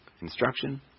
instruction